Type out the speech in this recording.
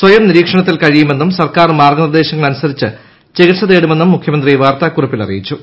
സ്വയം നിരീക്ഷണത്തിൽ കഴിയുമെന്നും സർക്കാർ മാർഗ്ഗനിർദ്ദേശങ്ങൾ അനുസരിച്ച് ചികിത്സ തേടുമെന്നും മുഖ്യമന്ത്രി വാർത്താക്കുറിപ്പിൽ അറിയിച്ചു